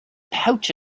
pouch